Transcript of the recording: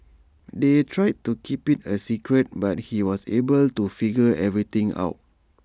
they tried to keep IT A secret but he was able to figure everything out